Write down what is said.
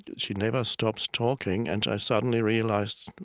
she never stops talking. and i suddenly realized,